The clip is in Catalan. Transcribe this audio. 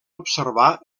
observar